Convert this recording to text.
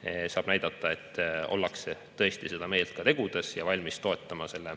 sigadus –, et ollakse tõesti seda meelt ka tegudes ja valmis toetama selle